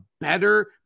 better